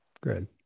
Good